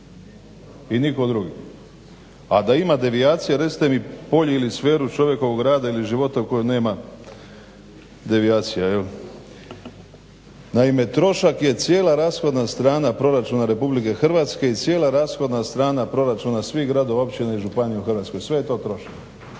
i nitko drugi. A da ima devijacija recite mi polje ili sferu čovjekovog rada ili života u kojem nema devijacija. Naime, trošak je cijela rashodna strana proračuna Republike Hrvatske i cijela rashodna strana proračuna svih gradova, općina i županija u Hrvatskoj, sve je to trošak.